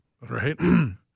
Right